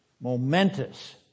momentous